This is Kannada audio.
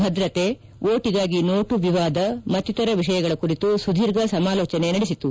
ಭದ್ರತೆ ವೋಟಿಗಾಗಿ ನೋಟು ವಿವಾದ ಮತ್ತಿತರ ವಿಷಯಗಳ ಕುರಿತು ಸುಧೀರ್ಘ ಸಮಾಲೋಚನೆ ನಡೆಸಿತು